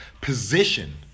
position